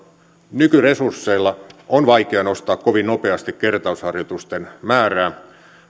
nykyresursseilla on vaikea nostaa kovin nopeasti kertausharjoitusten määrää